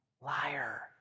liar